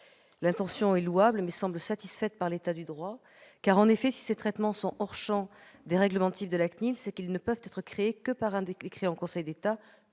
L'intention est louable, mais elle semble satisfaite par l'état du droit. En effet, si ces traitements sont hors du champ des règlements types de la CNIL, c'est qu'ils ne peuvent être créés que par un décret en Conseil d'État